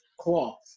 cloth